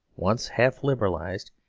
once half liberalised,